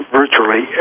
virtually